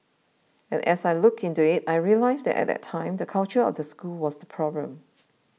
and as I looked into it I realised that at that time the culture of the school was the problem